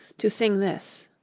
to sing this